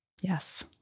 Yes